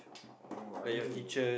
oh are you